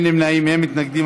אין נמנעים, אין מתנגדים.